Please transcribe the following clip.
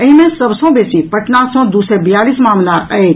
एहि मे सभसॅ बेसी पटना सॅ दू सय बियालीस मामिला अछि